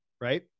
Right